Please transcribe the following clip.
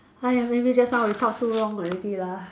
!aiya! maybe just now we talk too long already lah